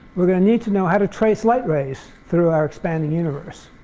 we're going to need to know how to trace light rays through our expanding universe.